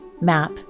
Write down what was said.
map